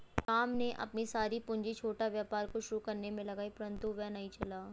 राम ने अपनी सारी पूंजी छोटा व्यापार को शुरू करने मे लगाई परन्तु वह नहीं चला